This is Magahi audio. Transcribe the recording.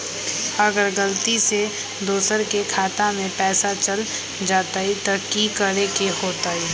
अगर गलती से दोसर के खाता में पैसा चल जताय त की करे के होतय?